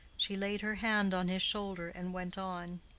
she laid her hand on his shoulder and went on,